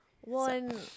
One